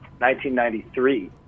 1993